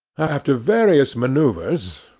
after various manoeuvres,